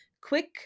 quick